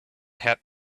had